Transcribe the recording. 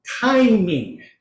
timing